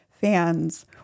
fans